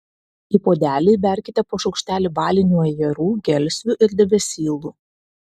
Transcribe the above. į puodelį įberkite po šaukštelį balinių ajerų gelsvių ir debesylų